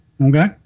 Okay